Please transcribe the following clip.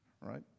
right